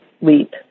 leap